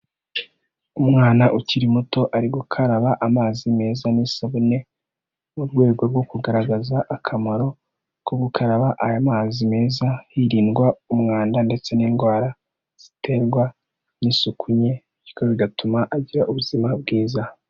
Umwana ukiri muto ari gukaraba amazi meza n’isabune mu rwego rwo kugaragaza akamaro ko gukaraba aya mazi meza hirindwa umwanda ndetse n’indwara ziterwa n’isuku nke, bityo bigatuma agira ubuzima bwiza.